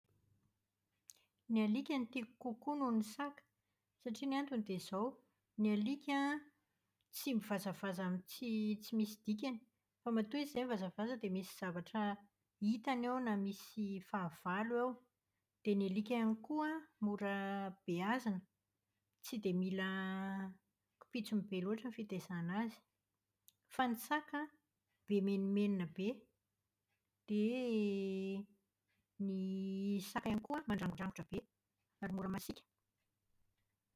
Ny alika no tiako kokoa noho ny saka satria ny antony dia izao, ny alika tsy mivazavaza amin'ny tsy- tsy misy dikany, fa matoa izy izay mivazavaza dia misy zavatra hitany ao, na misy fahavalo ao. Dia ny alika ihany koa an, mora beazina, tsy dia mila pitsony be loatra ny fitaizana azy. Fa ny saka an, be menomenona be, dia ny saka ihany koa mandragondrangotra e, ary mora masiaka.